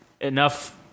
enough